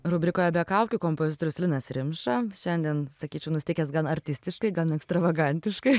rubrikoje be kaukių kompozitorius linas rimša šiandien sakyčiau nusiteikęs gan artistiškai gan ekstravagantiškai